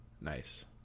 Nice